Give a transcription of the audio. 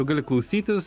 tu gali klausytis